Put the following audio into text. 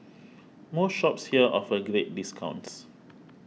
most shops here offer great discounts